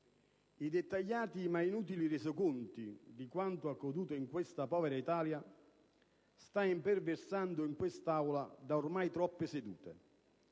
i dettagliati ma inutili resoconti di quanto accaduto in questa povera Italia stanno imperversando in quest'Aula da ormai troppe sedute.